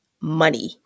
money